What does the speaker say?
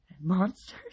monsters